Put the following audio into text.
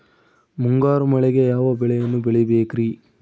ಮುಂಗಾರು ಮಳೆಗೆ ಯಾವ ಬೆಳೆಯನ್ನು ಬೆಳಿಬೇಕ್ರಿ?